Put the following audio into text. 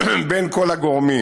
בין כל הגורמים.